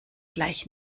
gleich